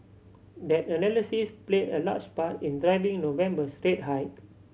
that analysis play a large part in driving November's rate hike